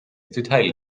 detail